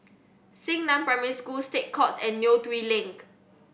Xingnan Primary School State Courts and Neo Tiew Lane